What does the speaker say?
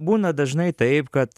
būna dažnai taip kad